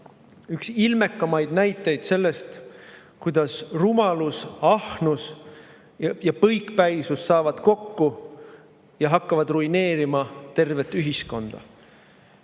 üks ilmekamaid näiteid sellest, kuidas rumalus, ahnus ja põikpäisus saavad kokku ja hakkavad ruineerima tervet ühiskonda.